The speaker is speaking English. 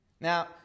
Now